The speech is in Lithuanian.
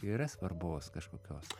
yra svarbos kažkokios